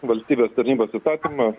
valstybės tarnybos įstatymą